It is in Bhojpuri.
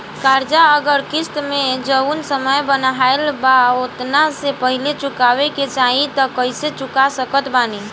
कर्जा अगर किश्त मे जऊन समय बनहाएल बा ओतना से पहिले चुकावे के चाहीं त कइसे चुका सकत बानी?